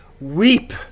weep